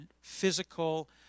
physical